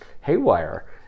haywire